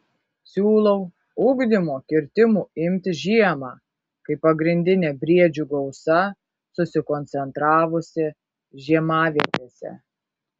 siūlau ugdymo kirtimų imtis žiemą kai pagrindinė briedžių gausa susikoncentravusi žiemavietėse